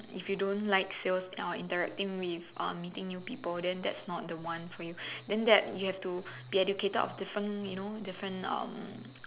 if you don't like sales or interacting with uh meeting new people then that's not the one for you then that you have to be educated of different you know different um